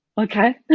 Okay